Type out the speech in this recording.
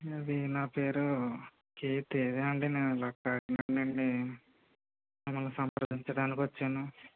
అది నా పేరు కే తేజ అండి నేను ఇలా కాకినాడ నుండి మిమ్మల్ని సంప్రదించడానికి వచ్చాను